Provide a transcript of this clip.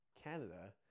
Canada